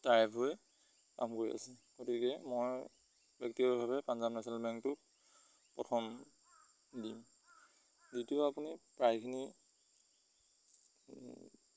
ট্ৰাইভ হৈ কাম কৰি আছে গতিকে মই ব্যক্তিগৰভাৱে পাঞ্জাৱ নেশ্যনেল বেংকটোক পথন দিম দ্বিতীয় আপুনি প্ৰায়খিনি